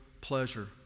pleasure